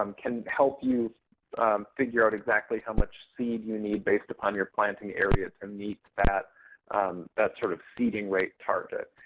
um can help you figure out exactly how much seed you need based upon your planting area to meet that that sort of seeding rate target.